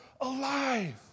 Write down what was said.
alive